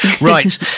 Right